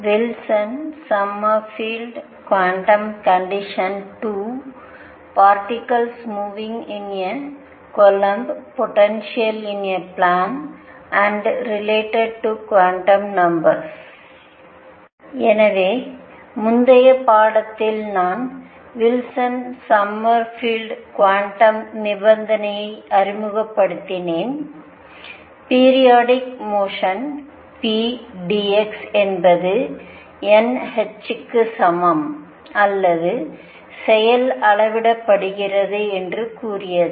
Wilson Sommerfeld quantum condition I I particle moving in a Coulomb potential in a plane and related quantum numbers எனவே முந்தைய பாடத்தில் நான் Wilson Sommerfeld quantum நிபந்தனையை அறிமுகப்படுத்தினேன் periodic மோஷனுக்கு p d x என்பது n h க்கு சமம் அல்லது செயல் அளவிடப்படுகிறது என்று கூறியது